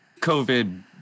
COVID